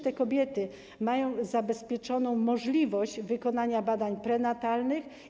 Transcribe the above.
Te kobiety mają zabezpieczoną również możliwość wykonania badań prenatalnych.